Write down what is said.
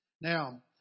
Now